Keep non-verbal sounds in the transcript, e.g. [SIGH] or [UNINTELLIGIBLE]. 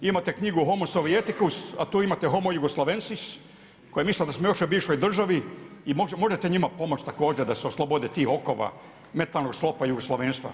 Imate knjigu homo … [UNINTELLIGIBLE] a tu imate homo jugoslavensis koji misle da smo još u bivšoj državi i možete njima pomoći također da se oslobode tih okova, mentalnog sklopa jugoslavenstva.